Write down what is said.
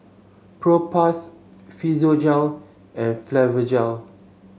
Propass Physiogel and Blephagel